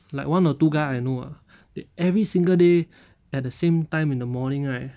like one or two guy I know ah they every single day at the same time in the morning right